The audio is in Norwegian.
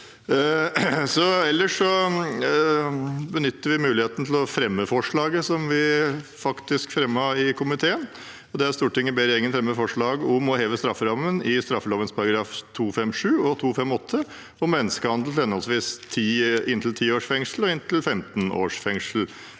Ellers benytter vi muligheten til å fremme forslaget som vi faktisk fremmet i komiteen: «Stortinget ber regjeringen fremme forslag om å heve strafferammen i straffeloven §§ 257 og 258 om menneskehandel til henholdsvis inntil 10 års og inntil 15 års fengsel.»